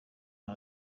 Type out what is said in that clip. aho